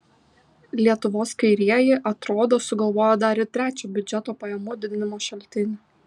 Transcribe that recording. lietuvos kairieji atrodo sugalvojo dar ir trečią biudžeto pajamų didinimo šaltinį